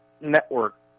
network